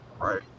Right